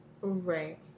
right